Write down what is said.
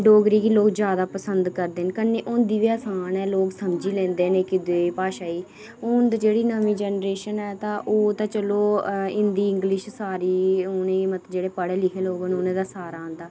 डोगरी गी लोग ज्यादा पसंद करदे न कन्नै होंदी गै असान ऐ लोग समझी लैंदे न दे भाशा गी हून तां जेह्ड़ी नमी जनरेशन ऐ तां ओह् ते चलो हिंदी इंगलिश सारी उनेंई मतलब जेह्ड़े पढ़े लिखे लोग न उनेंई सारा